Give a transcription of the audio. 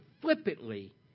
flippantly